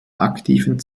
aktiven